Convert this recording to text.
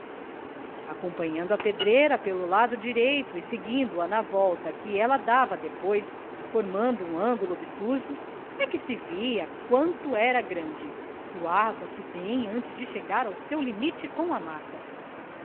acompanhando a pedreira pelo lado direito e seguindo a na volta que ela dava depois formando um ângulo obtuso é que se via quanto era grande suava se bem antes de chegar ao seu limite com a mata